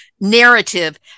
narrative